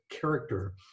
character